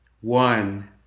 one